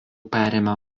perėmė